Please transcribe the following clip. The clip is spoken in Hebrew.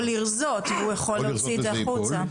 או לרזות והוא יכול להוציא את זה החוצה.